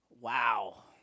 Wow